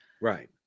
Right